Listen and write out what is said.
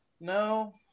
no